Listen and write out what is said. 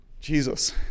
Jesus